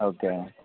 okay